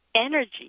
energy